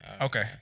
Okay